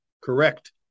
Correct